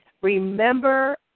Remember